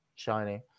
Shiny